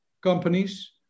companies